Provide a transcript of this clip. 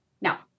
Now